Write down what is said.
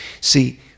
See